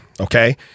okay